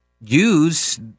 use